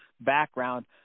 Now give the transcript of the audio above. background